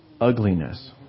ugliness